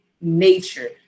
nature